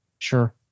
sure